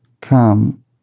Come